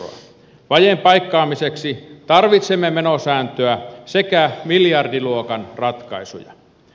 vajeen paikkaamiseksi tarvitsemme menosääntöä sekä miljardiluokan ratkaisuja